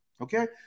Okay